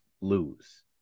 lose